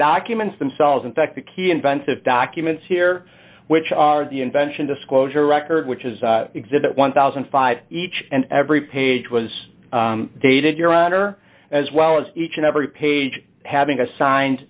documents themselves in fact the key inventive documents here which are the invention disclosure record which is exhibit one thousand and five and every page was dated your honor as well as each and every page having assigned